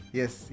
yes